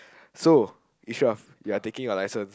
so Yusof you are taking your license